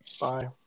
Bye